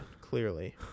clearly